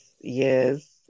yes